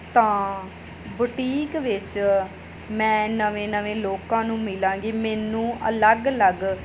ਤਾਂ ਬੁਟੀਕ ਵਿੱਚ ਮੈਂ ਨਵੇਂ ਨਵੇਂ ਲੋਕਾਂ ਨੂੰ ਮਿਲਾਂਗੀ ਮੈਨੂੰ ਅਲੱਗ ਅਲੱਗ